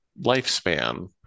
lifespan